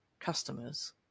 customers